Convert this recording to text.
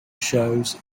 shows